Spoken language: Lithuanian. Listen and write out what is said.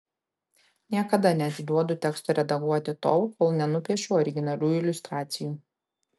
niekada neatiduodu teksto redaguoti tol kol nenupiešiu originalų iliustracijų